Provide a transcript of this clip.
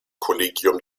kollegium